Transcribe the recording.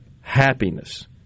happiness